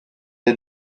est